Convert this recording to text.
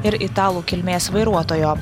ir italų kilmės vairuotojo